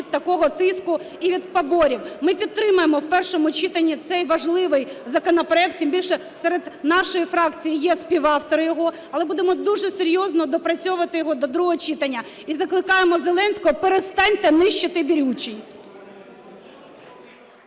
від такого тиску і від поборів. Ми підтримаємо в першому читанні цей важливий законопроект. Тим більше, серед нашої фракції є співавтори його. Але будемо дуже серйозно доопрацьовувати його до другого читання. І закликаємо Зеленського, перестаньте нищити Бірючий.